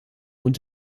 und